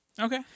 Okay